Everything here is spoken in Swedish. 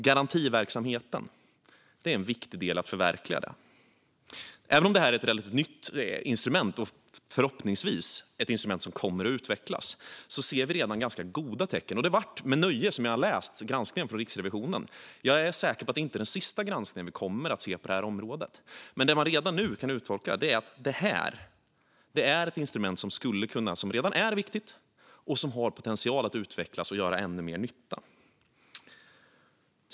Garantiverksamheten är en viktig del i att förverkliga detta. Även om det är ett relativt nytt instrument och förhoppningsvis ett instrument som kommer att utvecklas ser vi redan ganska goda tecken. Det var med nöje som jag läste granskningen från Riksrevisionen, och jag är säker på att det inte är den sista granskning som vi kommer att se på detta område. Det som redan nu kan uttolkas är att det är ett instrument som redan är viktigt och som har potential att utvecklas och göra ännu mer nytta.